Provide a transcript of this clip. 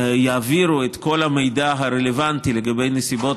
יעבירו את כל המידע הרלוונטי לגבי נסיבות